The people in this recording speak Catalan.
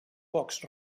pocs